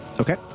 Okay